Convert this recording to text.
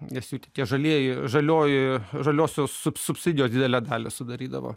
nes jau tie žalieji žalioji žaliosios subsidijos didelę dalį sudarydavo